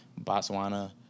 Botswana